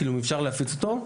אם בכלל אפשר להפיץ אותו,